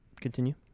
continue